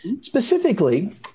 specifically